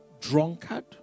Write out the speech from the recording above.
drunkard